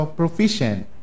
proficient